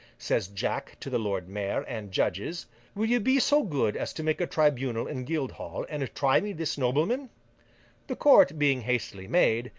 says jack to the lord mayor and judges will you be so good as to make a tribunal in guildhall, and try me this nobleman the court being hastily made,